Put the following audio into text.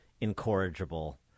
incorrigible